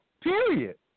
period